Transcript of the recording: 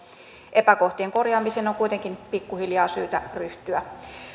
epäkohtien korjaamiseen on kuitenkin pikkuhiljaa syytä ryhtyä